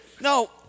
no